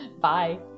bye